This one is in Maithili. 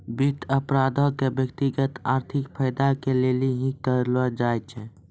वित्त अपराधो के व्यक्तिगत आर्थिक फायदा के लेली ही करलो जाय छै